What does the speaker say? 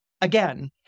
Again